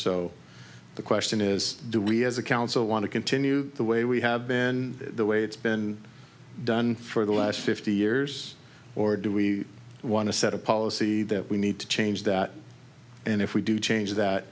so the question is do we as a council want to continue the way we have been the way it's been done for the last fifty years or do we want to set a policy that we need to change that and if we do change that